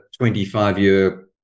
25-year